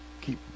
keep